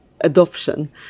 adoption